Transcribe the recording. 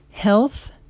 health